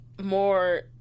more